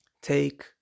take